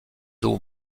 eaux